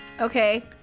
Okay